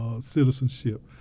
citizenship